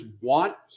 want